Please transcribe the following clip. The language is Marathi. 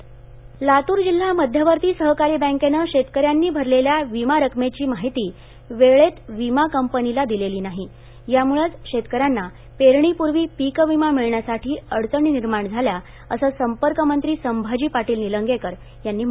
लातूर लातूर जिल्हा मध्यवर्ती सहकारी बँकेनं शेतकऱ्यांनी भरलेल्या विमा रकमेची माहिती वेळेत विमा कंपनीला दिलेली नाही त्यामुळंच शेतकऱ्यांना पेरणीपूर्वी पीकविमा मिळण्यासाठी अडचणी निर्माण झाल्या असं संपर्कमंत्री संभाजी पाटील निलंगेकर यांनी म्हटलं आहे